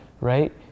right